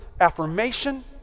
affirmation